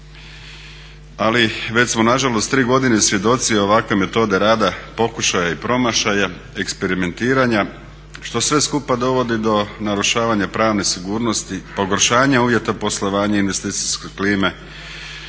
Ali već smo na žalost tri godine svjedoci ovakve metode rada pokušaja i promašaja, eksperimentiranja što sve skupa dovodi do narušavanja pravne sigurnosti, pogoršanja uvjeta poslovanja investicijske klime,